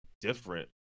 different